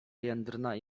jędrna